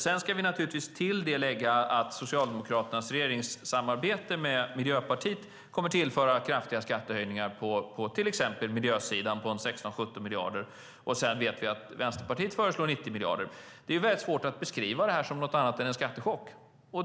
Till det ska läggas att Socialdemokraternas regeringssamarbete med Miljöpartiet kommer att tillföra kraftiga skattehöjningar på till exempel miljösidan på 16-17 miljarder. Dessutom föreslår Vänsterpartiet 90 miljarder. Det är svårt att beskriva detta som något annat än en skattechock.